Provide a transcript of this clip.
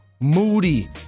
Moody